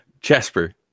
Jasper